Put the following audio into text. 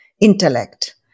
intellect